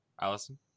Allison